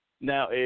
Now